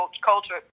culture